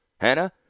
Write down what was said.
Hannah